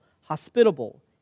hospitable